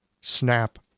snap